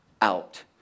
out